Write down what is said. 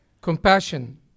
compassion